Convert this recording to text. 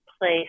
place